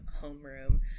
homeroom